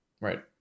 right